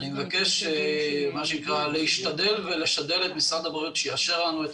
אני מבקש להשתדל ולשדל את משרד הבריאות שיאשר לנו את